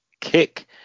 kick